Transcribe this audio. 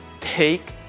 take